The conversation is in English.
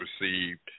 received